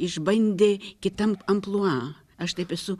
išbandė kitam amplua aš taip esu